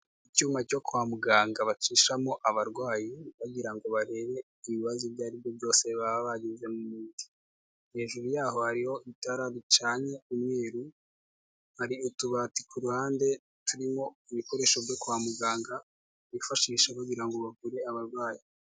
Icyuma cyo kwa muganga bacishamo abarwayi bagira ngo barebe ibibazo ibyo ari byo byose baba bageze mu mubiri, hejuru yaho hariho itara ricanye umweru, hari utubati ku ruhande turimo ibikoresho byo kwa muganga, bifashisha bagira ngo bavure abarwayi.